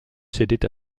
cédait